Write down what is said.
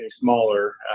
smaller